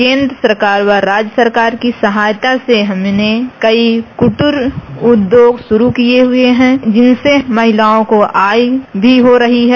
केंद्र सरकार व राज्य सरकार की सहायता से हमने कई कुटीर उद्योग शुरू किए हैं जिनसे हम महिलाओं को आय भी हो रही है